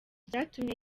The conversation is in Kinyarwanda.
byatumye